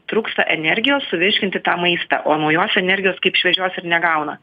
trūksta energijos suvirškinti tą maistą o naujos energijos kaip šviežios ir negauna